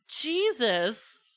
Jesus